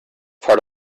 part